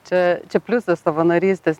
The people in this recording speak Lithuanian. čia čia pliusas savanorystės